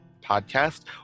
podcast